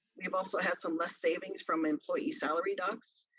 we've also had some less savings from employee salary docks,